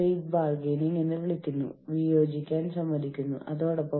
ഇതെല്ലാം labour relations തന്ത്രത്തിൽ ഉൾപ്പെടുത്തിയിട്ടുണ്ട്